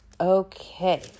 Okay